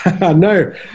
No